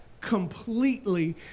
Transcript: completely